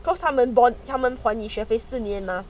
because 他们帮他们团体学费四年 mah